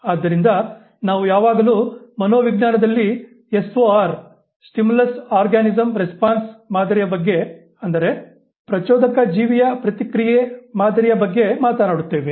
ಆದ್ದರಿಂದ ನಾವು ಯಾವಾಗಲೂ ಮನೋವಿಜ್ಞಾನದಲ್ಲಿ SOR ಮಾದರಿಯ ಬಗ್ಗೆ ಅಂದರೆ ಪ್ರಚೋದಕ ಜೀವಿಯ ಪ್ರತಿಕ್ರಿಯೆ ಮಾದರಿಯ ಬಗ್ಗೆ ಮಾತನಾಡುತ್ತೇವೆ